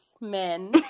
men